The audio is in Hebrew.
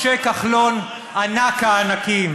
משה כחלון "ענק הענקים.